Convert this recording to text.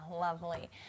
Lovely